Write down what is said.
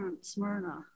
Smyrna